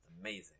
Amazing